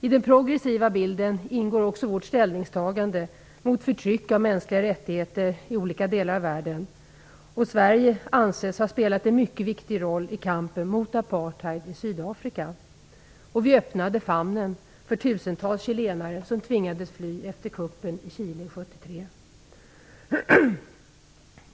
I den progressiva bilden ingår också vårt ställningstagande mot förtryck av mänskliga rättigheter i olika delar av världen. Sverige anses ha spelat en mycket viktig roll i kampen mot apartheid i Sydafrika. Vi öppnade famnen för tusentals chilenare som tvingades fly efter kuppen i Chile 1973.